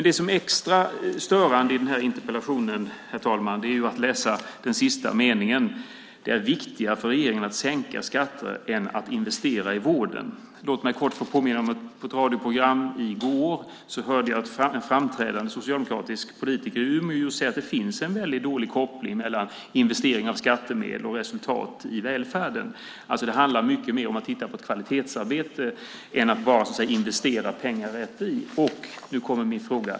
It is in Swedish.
Det som är extra störande i den här interpellationen är att läsa den sista meningen: Det är viktigare för regeringen att sänka skatter än att investera i vården. I ett radioprogram i går hörde jag en framträdande socialdemokratisk politiker i Umeå säga att det finns en väldigt dålig koppling mellan investeringar av skattemedel och resultat i välfärden. Det handlar mycket mer om att titta på kvalitetsarbete än att bara investera pengar rakt av.